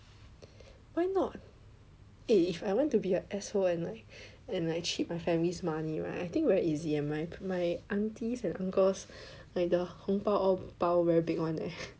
why not eh if I want to be a asshole and like cheat my family's money right I think very easy eh my aunties and uncles like the 红包 all 包 very big [one] leh